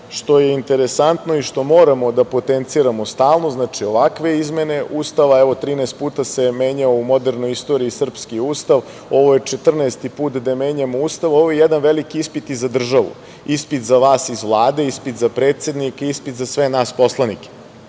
što je interesantno i što moramo da potenciramo stalno, znači, ovakve izmene Ustava, evo, 13 puta se menja u modernoj istoriji srpski Ustav. Ovo je 14 put gde menjamo Ustav, ovo je jedan veliki ispit i za državu, ispit za vas iz Vlade, ispit za predsednika, ispit za sve nas poslanike. Građani